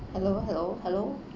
hello hello hello